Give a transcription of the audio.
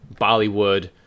Bollywood